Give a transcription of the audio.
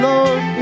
Lord